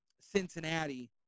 Cincinnati